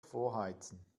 vorheizen